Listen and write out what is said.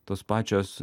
tos pačios